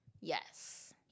Yes